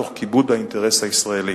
תוך כיבוד האינטרס הישראלי.